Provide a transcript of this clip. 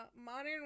Modern